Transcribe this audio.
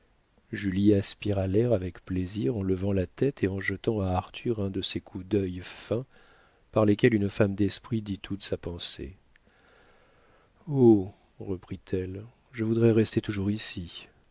julie aspira l'air avec plaisir en levant la tête et en jetant à arthur un de ces coups d'œil fins par lesquels une femme d'esprit dit toute sa pensée oh reprit-elle je voudrais rester toujours ici